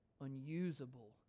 unusable